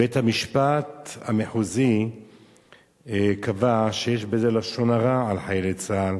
בית-המשפט המחוזי קבע שיש בזה לשון הרע על חיילי צה"ל.